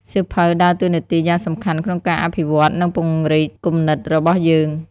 សៀវភៅដើរតួនាទីយ៉ាងសំខាន់ក្នុងការអភិវឌ្ឍ និងពង្រីក គំនិត របស់យើង។